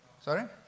Sorry